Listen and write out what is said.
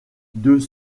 deux